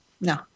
No